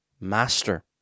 master